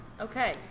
okay